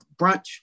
brunch